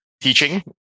teaching